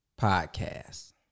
podcast